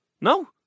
No